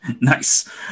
Nice